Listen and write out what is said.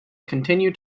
continue